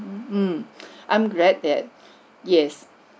um I'm glad that yes